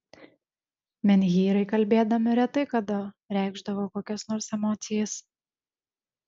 menhyrai kalbėdami retai kada reikšdavo kokias nors emocijas